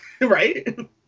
Right